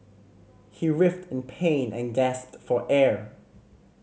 he writhed in pain and gasped for air